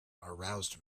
aroused